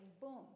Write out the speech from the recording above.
boom